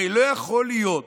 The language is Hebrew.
הרי לא יכול להיות